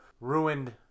ruined